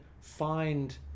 find